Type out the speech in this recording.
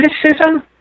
criticism